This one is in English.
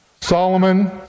Solomon